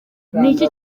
niki